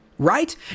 Right